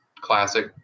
classic